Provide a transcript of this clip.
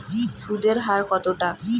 সুদের হার কতটা?